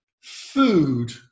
Food